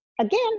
again